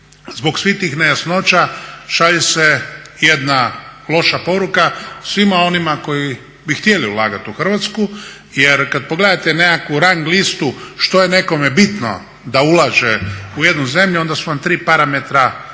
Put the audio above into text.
zbog svih tih nejasnoća šalje se jedna loša poruka svima onima koji bi htjeli ulagati u Hrvatsku. Jer kad pogledate nekakvu rang listu što je nekome bitno da ulaže u jednu zemlju onda su vam tri parametra vrlo